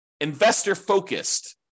investor-focused